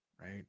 Right